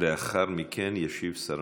ולאחר מכן ישיב שר